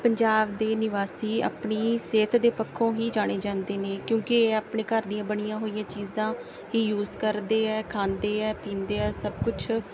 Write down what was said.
ਪੰਜਾਬ ਦੇ ਨਿਵਾਸੀ ਆਪਣੀ ਸਿਹਤ ਦੇ ਪੱਖੋਂ ਹੀ ਜਾਣੇ ਜਾਂਦੇ ਨੇ ਕਿਉਂਕਿ ਇਹ ਆਪਣੇ ਘਰ ਦੀਆਂ ਬਣੀਆਂ ਹੋਈਆਂ ਚੀਜ਼ਾਂ ਹੀ ਯੂਜ ਕਰਦੇ ਆ ਖਾਂਦੇ ਆ ਪੀਂਦੇ ਆ ਸਭ ਕੁਛ